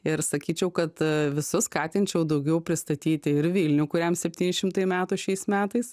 ir sakyčiau kad a visus skatinčiau daugiau pristatyti ir vilnių kuriam septyni šimtai metų šiais metais